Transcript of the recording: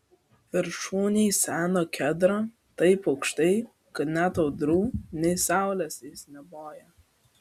viršūnėj seno kedro taip aukštai kad nei audrų nei saulės jis neboja